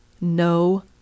No